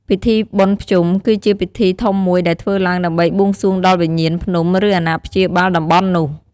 ពិធីបុណ្យភ្នំគឺជាពិធីធំមួយដែលធ្វើឡើងដើម្បីបួងសួងដល់វិញ្ញាណភ្នំ ឬអាណាព្យាបាលតំបន់នោះ។